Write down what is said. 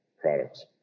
products